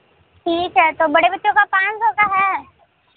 ठीक है तो बड़े बच्चों का पाँच सौ का है